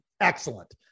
excellent